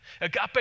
Agape